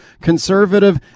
Conservative